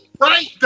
Right